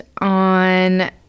on